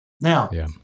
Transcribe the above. Now